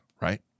right